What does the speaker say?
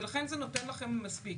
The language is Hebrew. ולכן זה נותן לכם מספיק.